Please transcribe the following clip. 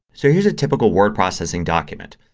so here's a typical word processing document.